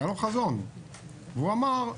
היה לו חזון והוא אמר,